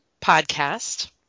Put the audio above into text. podcast